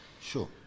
Sure